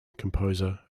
composer